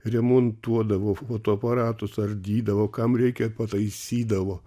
remontuodavo fotoaparatus ardydavo kam reikia pataisydavo